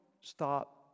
stop